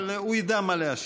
אבל הוא ידע מה להשיב.